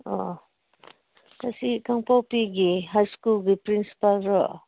ꯑꯣ ꯑꯣ ꯑꯁꯤ ꯀꯥꯡꯄꯣꯛꯄꯤꯒꯤ ꯍꯥꯏ ꯁ꯭ꯀꯨꯜꯒꯤ ꯄ꯭ꯔꯤꯟꯁꯤꯄꯥꯜꯗꯨꯔꯣ